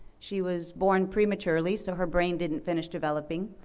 she was born prematurely so her brain didn't finish developing.